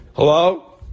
Hello